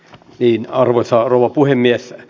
kiinan arvoisa rouva puhemies